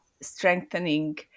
strengthening